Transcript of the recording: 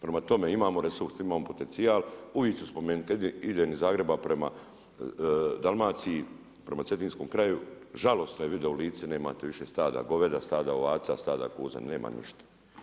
Prema tome, imamo resurs, imamo potencijal, uvijek ću spomenuti, idem iz Zagreba prema Dalmaciji, prema Cetinskom kraju, žalosno je vidjeti da u Lici nemate više stada goveda, stada ovaca, stada koza, nema ništa.